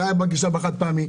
זו הייתה הגישה בחד-פעמי,